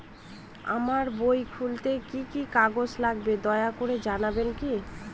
আমার বই খুলতে কি কি কাগজ লাগবে দয়া করে জানাবেন কি?